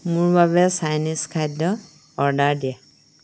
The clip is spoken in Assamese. মোৰ বাবে চাইনিজ খাদ্য অৰ্ডাৰ দিয়া